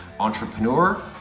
entrepreneur